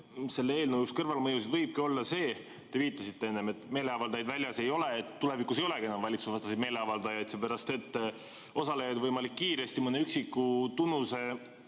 selle eelnõu kõrvalmõjusid võibki olla see, millele te enne viitasite, et meeleavaldajaid väljas ei ole. Tulevikus ei olegi enam valitsusevastaseid meeleavaldajaid, seepärast et osalejaid on võimalik kiiresti mõne üksiku tunnuse